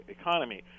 economy